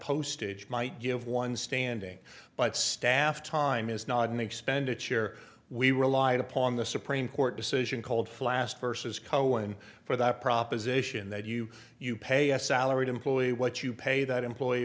postage might give one standing but staff time is not an expenditure we relied upon the supreme court decision called flast versus cohen for that proposition that you pay a salaried employee what you pay that employee